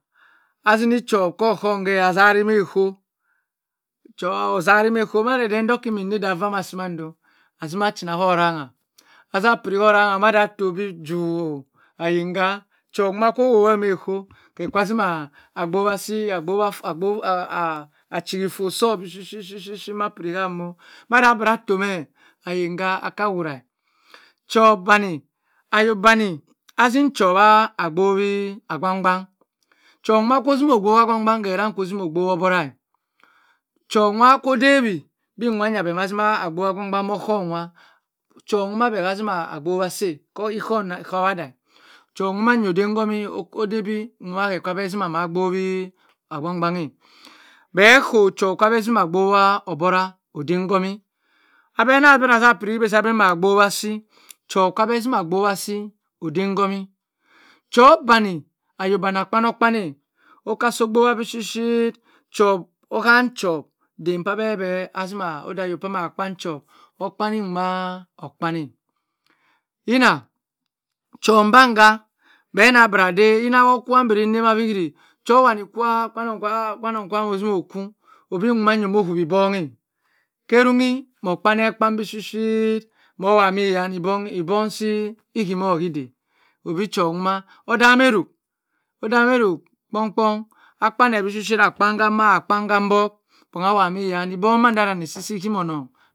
Azini chow meh azari meh koh made den doh kii mi neh idah va ama si mando azina china ho rangha aza piri horangha ma 27 toh bi jow aying ga chow wuna owomo hay koh keh kah zima abowa si abow achihi foh soh sbi shi shi shi shi mah apiri ha moh maza atoh meh ayinga akah warah chow bani ayobani azim chowa abow ogban gbang chomoh zinoh obow ogban gban keh rang oh zini obowoh obara chow wah koh dawi bi nwayah beh ma zima abowi ogbang gban ohum duma chow mah beh ha zima ibowa seh ikuhm nah i ka woh kah wah chow duma oden ngomi okoh dey bi nwa kwe azimah amah bowi agbangbanghe beh koh chow oka ka beh ka beh zima bowa obarah odey ngomi abe meh ma ba pirih ibeh nan abe mah bowa si chow kah beh zima bowa si odey ngowi chow banni oyo banni ah kpanoh kpang okah si obowa bi shi chow onha chow dem kuu beh beh dima odey ayo azima han chow okpani umah okpang yinah chow bangha beh nah birah day yina woh kah mbri dawb chow wah kwa ah kwe nonong kwam ozimoh kho obi ndangha omoh huwi nbonghe keh runghi moh kpan e kpan bishi moh wha mi yan ibong si le mimor hi day obi chow dunia odame oruk okpong kpong akpeneh bishi akpen ha mohu akpen cham buck bong awah mi yah nbong maduwani chiw hi wio nong hiday.